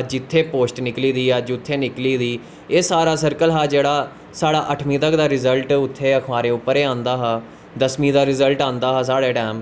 अज्ज इत्थें पोस्ट निकली दी कल उत्थें निकली दी एह् सारा सर्कल हा जेह्ड़ा साढ़ा अट्ठमीं तक्कर दा साढ़ा रज़ल्ट उत्थें अखबारें पर गै आंदा हा दसमीं दा रिजल्ट आंदा हा साढ़े टाईम